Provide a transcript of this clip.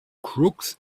crooks